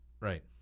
Right